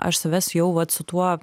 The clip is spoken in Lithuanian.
aš savęs jau vat su tuo